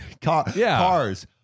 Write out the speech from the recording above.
cars